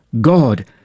God